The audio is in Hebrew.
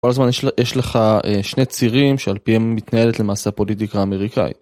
כל הזמן יש לך שני צירים שעל פי הם מתנהלת למעשה הפוליטיקה האמריקאית.